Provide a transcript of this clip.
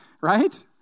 right